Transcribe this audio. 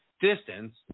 distance